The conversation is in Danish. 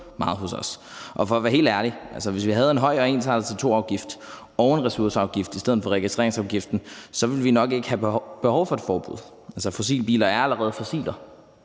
Og for at være helt ærlig vil jeg sige, at hvis vi havde en høj og ensartet CO2-afgift og en ressourceafgift i stedet for registreringsafgiften, så ville vi nok ikke have behov for et forbud. Altså, fossilbiler er allerede fossiler.